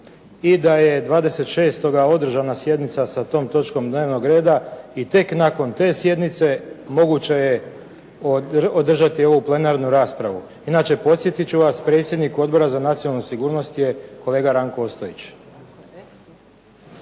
i da je 26. održana sjednica sa tom točkom dnevnog reda i tek nakon te sjednice moguće je održati ovu plenarnu raspravu. Inače podsjetiti ću vas, predsjednik Odbora za nacionalnu sigurnost je kolega Ranko Ostojić.